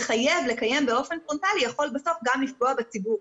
לחייב לקיים באופן פרונטלי יכול בסוף גם לפגוע בציבור,